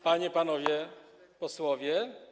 Panie, Panowie Posłowie!